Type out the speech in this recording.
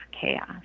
chaos